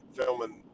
filming